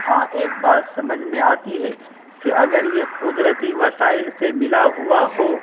ہاں ایک بات سمجھ میں آتی ہے کہ اگر یہ قدرتی وسائل سے ملا ہوا ہو